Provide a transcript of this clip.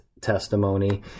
testimony